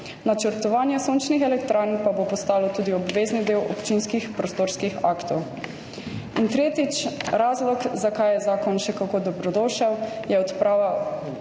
načrtovanje sončnih elektrarn pa bo postalo tudi obvezni del občinskih prostorskih aktov. In tretji razlog, zakaj je zakon še kako dobrodošel, je odprava